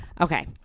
Okay